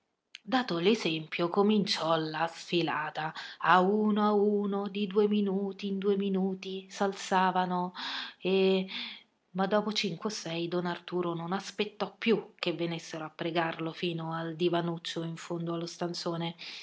dato l'esempio cominciò la sfilata a uno a uno di due minuti in due minuti s'alzavano e ma dopo cinque o sei don arturo non aspettò più che venissero a pregarlo fino al divanuccio in fondo allo stanzone